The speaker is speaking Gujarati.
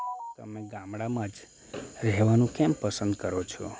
તમે ગામડામાં જ રહેવાનું કેમ પસંદ કરો છો